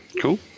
Cool